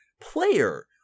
player